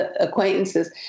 acquaintances